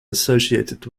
associated